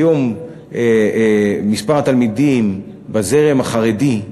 היום מספר התלמידים בזרם החרדי,